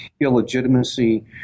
illegitimacy